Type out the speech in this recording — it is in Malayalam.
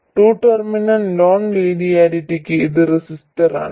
ടു ടെർമിനൽ നോൺ ലീനിയാരിറ്റിക്ക് അത് റെസിസ്റ്ററാണ്